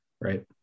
right